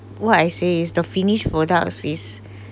what I say is the finish products is